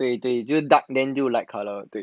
对对对对对就是 dark then 就 light colour